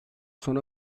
sona